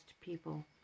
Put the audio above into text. people